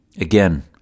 Again